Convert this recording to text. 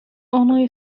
only